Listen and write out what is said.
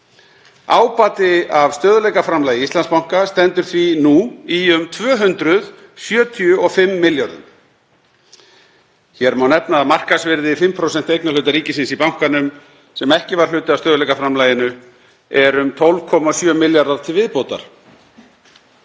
Ábati af stöðugleikaframlagi Íslandsbanka stendur því nú í um 275 milljörðum. Hér má nefna að markaðsvirði 5% eignarhluta ríkisins í bankanum sem ekki var hluti af stöðugleikaframlaginu er um 12,7 milljarðar til viðbótar.